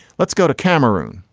let's go to cameroon.